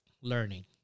learning